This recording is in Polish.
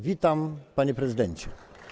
Witam, panie prezydencie.